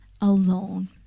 alone